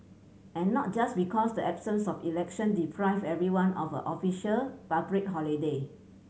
and not just because the absence of election deprived everyone of a official public holiday